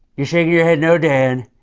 you shaking your head no, dan?